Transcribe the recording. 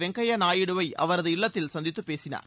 வெங்கையா நாயுடுவை அவரது இல்லத்தில் சந்தித்துப் பேசினார்